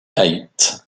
eight